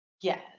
Yes